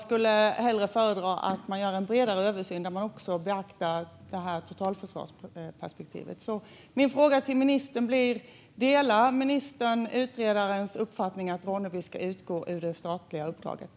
Det vore bättre att göra en bredare översyn där totalförsvarsperspektivet också beaktas. Delar ministern utredarens uppfattning att Ronneby ska utgå ur det statliga uppdraget?